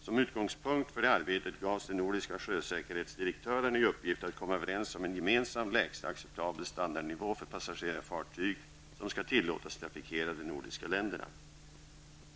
Som utgångspunkt för det arbetet gavs de nordiska sjösäkerhetsdirektörerna i uppgift att komma överens om en gemensam lägsta acceptabel standardnivå för passagerarfartyg som skall tillåtas trafikera de nordiska länderna.